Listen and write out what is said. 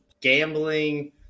gambling